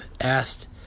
asked